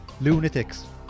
Lunatics